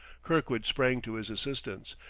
kirkwood sprang to his assistance,